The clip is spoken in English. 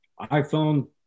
iPhone